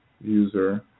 user